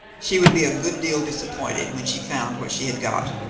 she would be a good deal disappointed when she found what she had got.